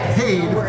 paid